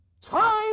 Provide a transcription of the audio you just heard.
Time